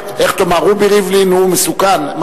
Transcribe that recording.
רובי ריבלין הוא מסוכן?